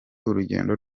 urugendo